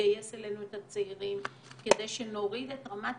לגייס אלינו את הצעירים, כדי שנוריד את רמת